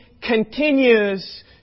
continues